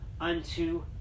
unto